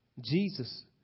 Jesus